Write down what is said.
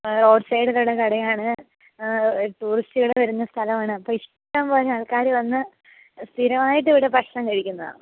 road സൈഡിലുള്ള കടയാണ് ടുറിസ്റ്റ്കള് വരുന്ന സ്ഥലം ആണ് അപ്പോൾ ഇഷ്ടം പോലെ ആൾക്കാര് വന്ന് സ്ഥിരമായിട്ട് ഇവിടെ ഭക്ഷണം കഴിക്കുന്നതാണ്